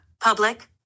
public